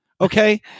Okay